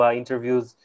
interviews